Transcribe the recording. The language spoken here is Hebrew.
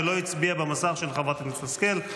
ולא הצביע במסך של חברת הכנסת השכל.